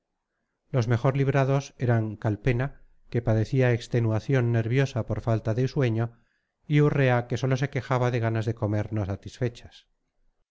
los mejor librados eran calpena que padecía extenuación nerviosa por la falta de sueño y urrea que sólo se quejaba de ganas de comer no satisfechas